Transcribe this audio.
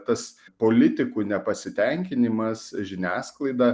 tas politikų nepasitenkinimas žiniasklaida